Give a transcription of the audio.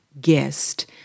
guest